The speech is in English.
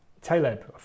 Taleb